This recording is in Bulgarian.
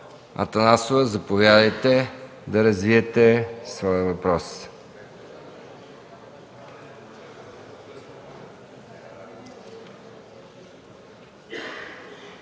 Атанасова, заповядайте да развиете своя въпрос.